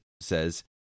says